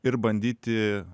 ir bandyti